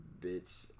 Bitch